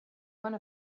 one